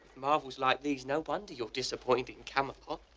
marvels like these, no wonder you're disappointed in camelot.